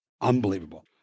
unbelievable